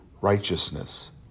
righteousness